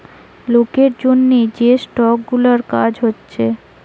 লোকের জন্যে যে স্টক গুলার কাজ হচ্ছে